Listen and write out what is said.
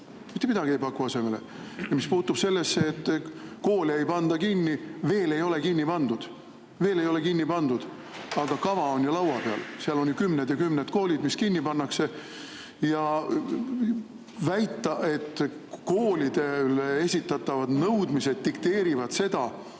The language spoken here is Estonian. Mitte midagi ei paku asemele. Mis puutub sellesse, et koole ei panda kinni – veel ei ole kinni pandud. Veel ei ole kinni pandud, aga kava on ju laua peal. Seal on kümneid ja kümneid koole, mis kinni pannakse. Väita, et koolidele esitatavad nõudmised dikteerivad seda,